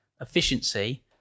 efficiency